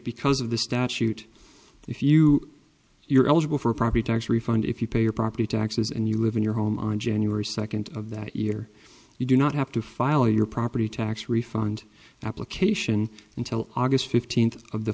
because of the statute if you you're eligible for a property tax refund if you pay your property taxes and you live in your home on january second of that year you do not have to file your property tax refund application until august fifteenth of the